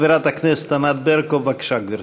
חברת הכנסת ענת ברקו, בבקשה, גברתי.